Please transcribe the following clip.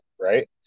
right